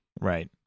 Right